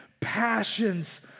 passions